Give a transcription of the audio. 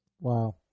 Wow